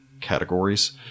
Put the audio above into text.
categories